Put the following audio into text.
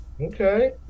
Okay